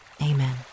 Amen